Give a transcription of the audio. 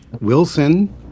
Wilson